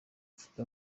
afite